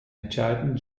entscheidenden